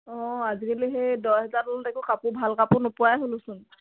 অঁ আজিকালি সেই দহ হেজাৰ তলত একো কাপোৰ ভাল কাপোৰ নোপোৱাই হ'লোচোন